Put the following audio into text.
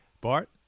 Bart